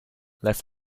left